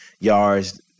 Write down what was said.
yards